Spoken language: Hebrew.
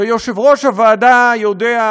ויושב-ראש הוועדה יודע,